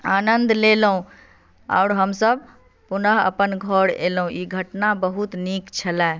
आनन्द लेलहुॅं आओर हमसब पुनः अपन घर एलहुॅं ई घटना बहुत नीक छलए